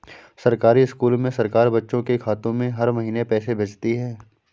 सरकारी स्कूल में सरकार बच्चों के खाते में हर महीने पैसे भेजती है